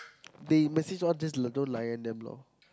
they message all just don't layan them lor